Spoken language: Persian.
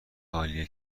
عالیه